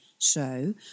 So